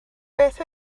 beth